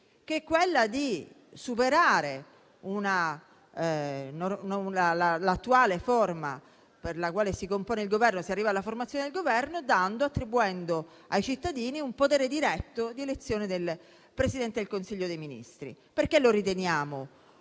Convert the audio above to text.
che è quella di superare l'attuale forma con la quale si arriva alla formazione del Governo, attribuendo ai cittadini un potere diretto di elezione del Presidente del Consiglio dei ministri. Ciò perché è evidente